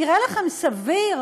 נראה לכם סביר?